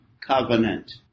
covenant